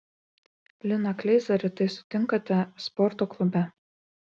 liną kleizą rytais sutinkate sporto klube